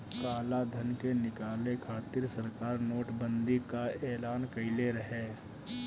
कालाधन के निकाले खातिर सरकार नोट बंदी कअ एलान कईले रहे